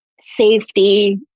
safety